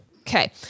Okay